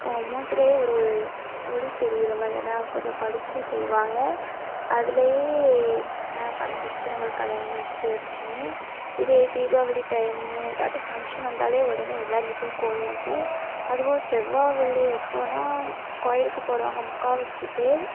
அவங்க மூஞ்சுலேயே ஒரு ஒளி தெரிகிற மாதிரி ஏன்னா கொஞ்சம் பளிச்சுன்னு தெரிவாங்க அதுலேயே நான் கண்டுபிடிச்சிடுவேன் இவங்களுக்கு கல்யாணம் முடிஞ்சுட்டு அப்படின்னு இதே தீபாவளி டைம்மு இதாட்டம் ஃபங்ஷன் வந்தால் உடனே எல்லோர் வீட்லேயும் கோலம் இருக்கும் அதுபோக செவ்வாய் வெள்ளி அப்போதுலாம் கோவிலுக்கு போகிறவங்க முக்கால்வாசி பேர்